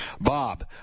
Bob